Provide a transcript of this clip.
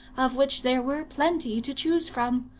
of which there were plenty to choose from,